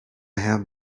have